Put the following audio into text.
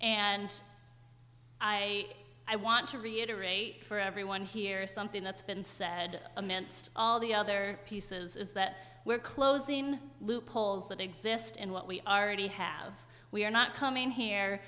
and i i want to reiterate for everyone here something that's been said or meant all the other pieces is that we're closing loopholes that exist in what we already have we are not coming here